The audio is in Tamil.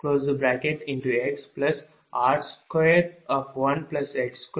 எனவே x22P2r1Q2x1 0